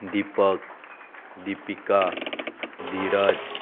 Deepak Deepika Dhiraj